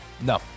No